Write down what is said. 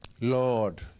Lord